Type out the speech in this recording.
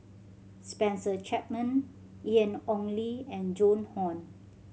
Spencer Chapman Ian Ong Li and Joan Hon